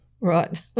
Right